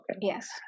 Yes